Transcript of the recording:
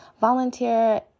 Volunteer